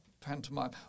pantomime